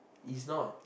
is not